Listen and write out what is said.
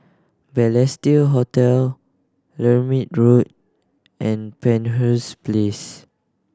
Balestier Hotel Lermit Road and Penshurst Place